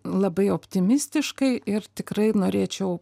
labai optimistiškai ir tikrai norėčiau